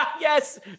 Yes